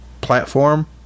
platform